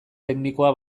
teknikoa